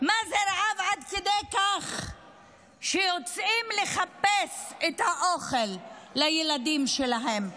מה זה רעב עד כדי כך שיוצאים לחפש את האוכל לילדים שלהם.